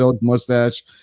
mustache